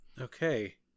Okay